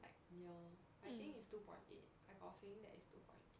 like near I think is two point eight I got a feeling that it's two point eight